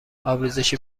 آبریزش